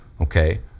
Okay